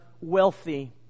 wealthy